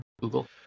Google